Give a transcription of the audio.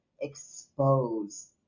expose